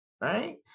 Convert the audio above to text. right